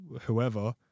whoever